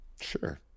sure